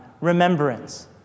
remembrance